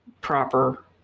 proper